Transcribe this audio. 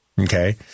Okay